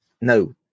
No